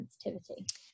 sensitivity